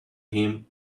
him